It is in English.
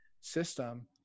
system